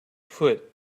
foot